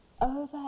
over